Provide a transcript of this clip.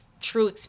true